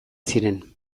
ziren